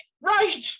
Right